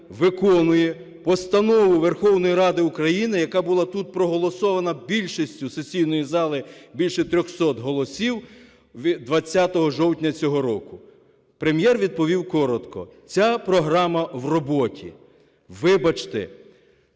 виконує постанову Верховної Ради України, яка була тут проголосована більшістю сесійної зали, більше 300 голосів, 20 жовтня цього року. Прем’єр відповів коротко: "Ця програма в роботі". Вибачте,